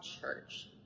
church